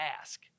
ask